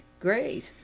great